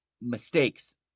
mistakes